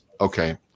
okay